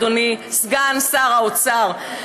אדוני סגן שר האוצר.